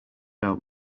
out